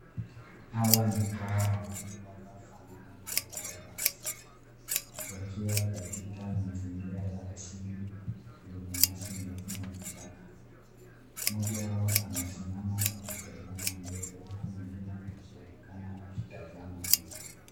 Hawa ni hawa wawili wanaofanana na waterbucks . Wakiwa katika mazingira ya asili yenye nyasi ndefu na vichaka. Mmojawao anasimama akitazama mbele huku mwingine akionekana akitazama.